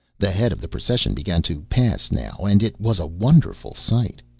the head of the procession began to pass, now, and it was a wonderful sight.